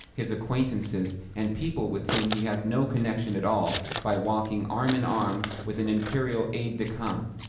his acquaintances, and people with whom he has no connection at all by walking arm-in-arm with an imperial aide-de-camp